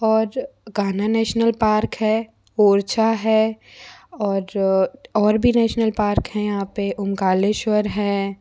और Kanha national park है ओरछा है और और भी नेशनल पार्क हैं यहाँ पे ओंकालेश्वर है